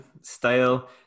style